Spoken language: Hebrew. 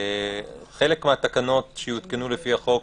חלק מהתקנות שיותקנו לפי החוק,